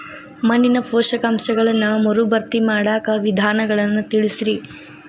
ಮಣ್ಣಿನ ಪೋಷಕಾಂಶಗಳನ್ನ ಮರುಭರ್ತಿ ಮಾಡಾಕ ವಿಧಾನಗಳನ್ನ ತಿಳಸ್ರಿ